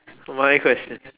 my question